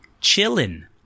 chilling